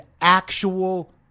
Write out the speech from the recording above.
actual